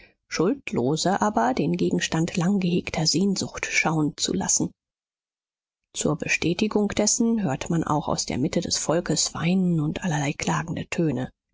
schuldlose aber den gegenstand langgehegter sehnsucht schauen zu lassen zur bestätigung dessen hört man auch aus der mitte des volkes weinen und allerlei klagende töne